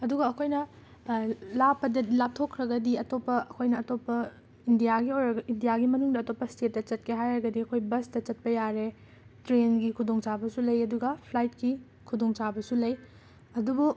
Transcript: ꯑꯗꯨꯒ ꯑꯩꯈꯣꯏꯅ ꯂꯥꯞꯄꯗ ꯂꯥꯞꯊꯣꯛꯈ꯭ꯔꯒꯗꯤ ꯑꯇꯣꯞꯄ ꯑꯩꯈꯣꯏꯅ ꯑꯇꯣꯞꯄ ꯏꯟꯗꯤꯌꯥꯒꯤ ꯑꯣꯏꯔꯒ ꯏꯟꯗꯤꯌꯥꯒꯤ ꯃꯅꯨꯡꯗ ꯑꯇꯣꯞꯄ ꯁ꯭ꯇꯦꯠꯇ ꯆꯠꯀꯦ ꯍꯥꯏꯔꯒꯗꯤ ꯑꯩꯈꯣꯏ ꯕꯁꯇ ꯆꯠꯄ ꯌꯥꯔꯦ ꯇ꯭ꯔꯦꯟꯒꯤ ꯈꯨꯗꯣꯡꯆꯥꯕꯁꯨ ꯂꯩ ꯑꯗꯨꯒ ꯐ꯭ꯂꯥꯏꯠꯀꯤ ꯈꯨꯗꯣꯡꯆꯥꯕꯁꯨ ꯂꯩ ꯑꯗꯨꯕꯨ